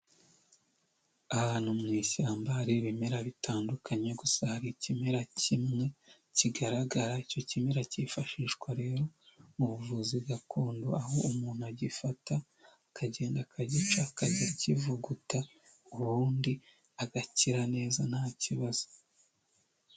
Ahantu mu ishyamba hari ibimera bitandukanye, gusa hari ikimera kimwe kigaragara icyo kimera cyifashishwa rero mu buvuzi gakondo, aho umuntu agifata akagenda akagica akajya akivuguta, ubundi agakira neza nta kibazo.